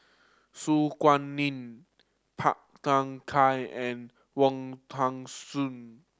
Su Guaning Phua Thin Kiay and Wong Tuang